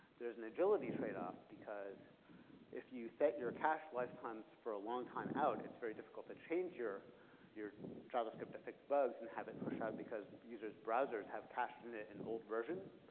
there's an agility trade-off, because if you set your cache lifetimes for a long time out, it's very difficult to change your your javascript to fix bugs and have it push out because users' browsers have cached in it an old version.